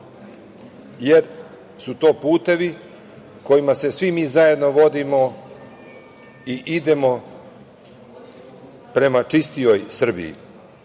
jer su to putevi kojima se svi mi zajedno vodimo i idemo prema čistijoj Srbiji. Osnovni